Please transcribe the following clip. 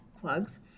plugs